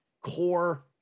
core